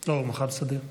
לא, הוא מח"ט סדיר.